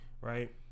right